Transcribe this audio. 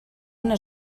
una